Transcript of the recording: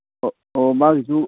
ꯑꯣ ꯃꯥꯒꯤꯁꯨ